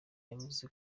yavuze